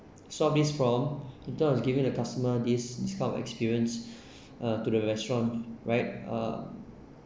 solve this problem in terms of giving the customer this this kind of experience uh to the restaurant right ah